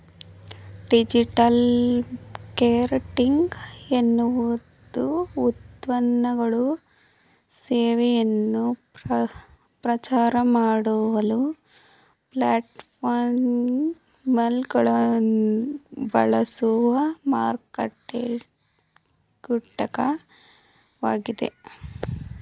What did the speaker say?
digital marketing ಎನ್ನುವುದುಉತ್ಪನ್ನಗಳು ಸೇವೆಯನ್ನು ಪ್ರಚಾರಮಾಡಲು ಪ್ಲಾಟ್ಫಾರ್ಮ್ಗಳನ್ನುಬಳಸುವಮಾರ್ಕೆಟಿಂಗ್ಘಟಕವಾಗಿದೆ